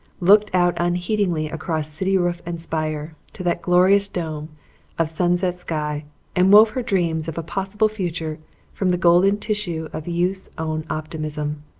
looked out unheedingly across city roof and spire to that glorious dome of sunset sky and wove her dreams of a possible future from the golden tissue of youth's own optimism.